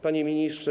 Panie Ministrze!